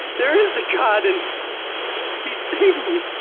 there is a god, and he saved me!